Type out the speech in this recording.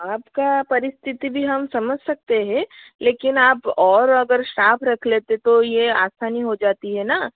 आप की परिस्थिति भी हम समझ सकते हैं लेकिन आप और अगर शार्प रख लेते तो ये आसानी हो जाती है ना